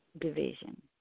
division